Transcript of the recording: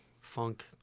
funk